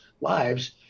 lives